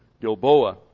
Gilboa